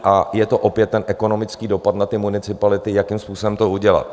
A je to opět ekonomický dopad na municipality, jakým způsobem to udělat.